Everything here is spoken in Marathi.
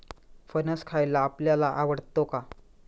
फणस खायला आपल्याला आवडतो का?